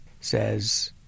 says